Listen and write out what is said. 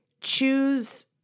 choose